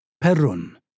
Perun